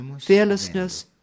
fearlessness